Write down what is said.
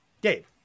Dave